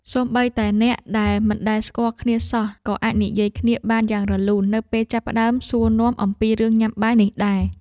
សូម្បីតែអ្នកដែលមិនដែលស្គាល់គ្នាសោះ ក៏អាចនិយាយគ្នាបានយ៉ាងរលូននៅពេលចាប់ផ្តើមសួរនាំអំពីរឿងញ៉ាំបាយនេះដែរ។